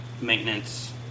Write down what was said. maintenance